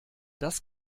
das